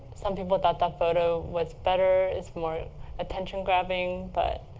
some people thought that photo was better. it's more attention-grabbing. but